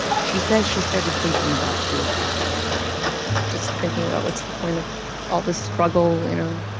she says she started thinking about suicide just thinking about, what's the point of all this struggle, you know?